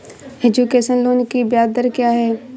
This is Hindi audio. एजुकेशन लोन की ब्याज दर क्या है?